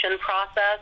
process